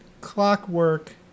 clockwork